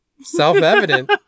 self-evident